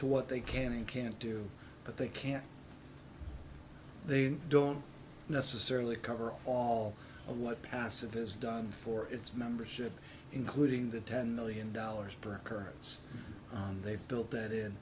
to what they can and can't do but they can't they don't necessarily cover all of what passive has done for its membership including the ten million dollars per currents on they've built that in